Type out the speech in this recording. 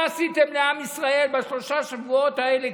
מה עשיתם לעם ישראל בשלושת השבועות האלה,